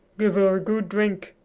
give her a good drink,